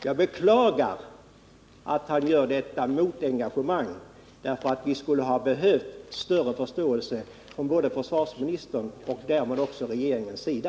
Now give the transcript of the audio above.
Jag beklagar att han gör detta motengagemang, för vi skulle ha behövt större förståelse från försvarsministerns och därmed från regeringens sida.